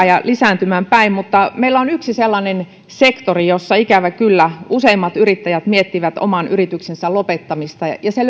ja lisääntymään päin mutta meillä on yksi sellainen sektori jossa ikävä kyllä useimmat yrittäjät miettivät oman yrityksensä lopettamista ja ja se